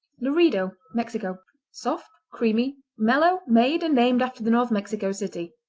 laredo mexico soft creamy mellow, made and named after the north mexico city.